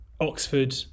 Oxford